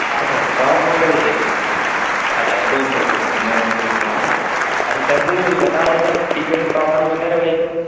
अच्छा top model की अच्छा दो मिनट रुक मैं पूछता हूँ अरे चंदू ये बता मगर टी वी एस में टॉप मॉडल बता रे भाई को